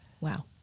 Wow